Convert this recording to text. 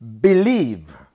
believe